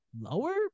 lower